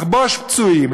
לחבוש פצועים,